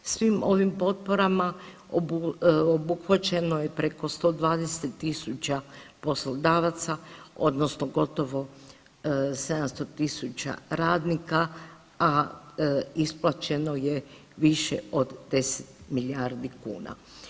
Svim ovim potporama obuhvaćeno je preko 120.000 poslodavaca odnosno gotovo 700.000 radnika, a isplaćeno je više od 10 milijardi kuna.